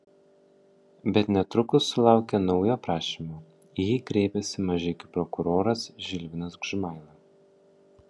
bet netrukus sulaukė naujo prašymo į jį kreipėsi mažeikių prokuroras žilvinas gžimaila